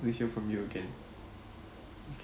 hope we hear from you again okay